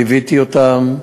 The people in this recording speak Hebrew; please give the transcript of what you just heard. ליוויתי אותם,